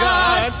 God